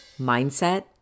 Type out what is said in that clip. mindset